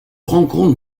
rencontre